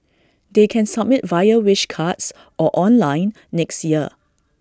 they can submit via wish cards or online next year